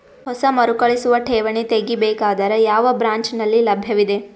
ಹೊಸ ಮರುಕಳಿಸುವ ಠೇವಣಿ ತೇಗಿ ಬೇಕಾದರ ಯಾವ ಬ್ರಾಂಚ್ ನಲ್ಲಿ ಲಭ್ಯವಿದೆ?